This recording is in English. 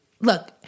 Look